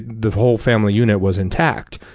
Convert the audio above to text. the whole family unit was intact.